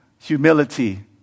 Humility